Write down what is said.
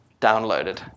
downloaded